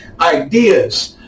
ideas